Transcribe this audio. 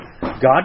God